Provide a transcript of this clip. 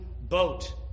boat